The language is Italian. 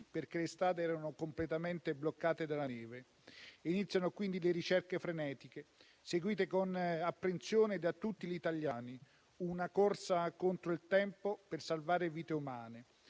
perché le strade erano completamente bloccate dalla neve. Iniziano quindi le ricerche frenetiche, seguite con apprensione da tutti gli italiani, una corsa contro il tempo per salvare vite umane.